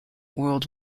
world